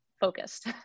focused